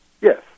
Yes